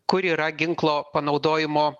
kur yra ginklo panaudojimo